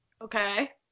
Okay